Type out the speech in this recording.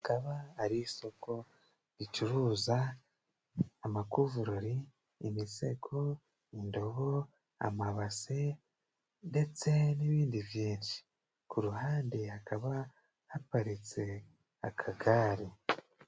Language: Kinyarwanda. Bikaba, ari isoko ricuruza, amakuvurori, imisego, indobo, amabase, ndetse n'ibindi byinshi, kuruhande hakaba haparitse akagare.